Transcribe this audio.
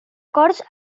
cors